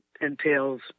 entails